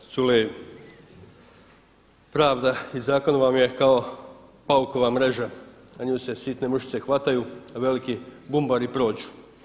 Kolega Culej, pravda i zakon vam je kao paukova mreža, na nju se sitne mušice hvataju, a veliki bumbari prođu.